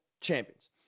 champions